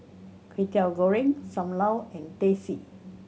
Kwetiau Goreng Sam Lau and Teh C